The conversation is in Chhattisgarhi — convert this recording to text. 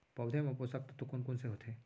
पौधे मा पोसक तत्व कोन कोन से होथे?